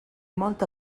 molta